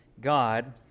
God